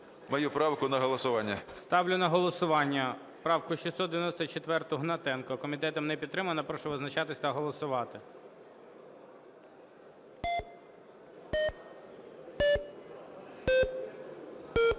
мою правку на голосування. ГОЛОВУЮЧИЙ. Ставлю на голосування правку 694 Гнатенка, комітетом не підтримана. Прошу визначатись та голосувати.